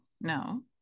no